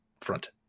front